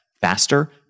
faster